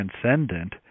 transcendent